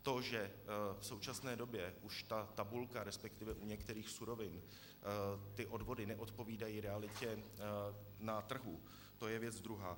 To, že v současné době ta tabulka, resp. u některých surovin ty odvody neodpovídají realitě na trhu, to je věc druhá.